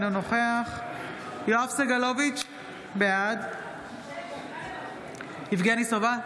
אינו נוכח יואב סגלוביץ' בעד יבגני סובה,